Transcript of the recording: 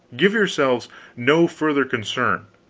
give yourselves no further concern,